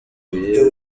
buryo